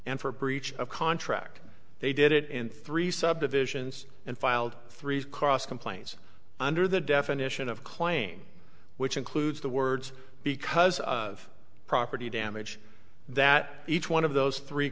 and for breach of contract they did it in three subdivisions and filed three cross complaints under the definition of claim which includes the words because of property damage that each one of those three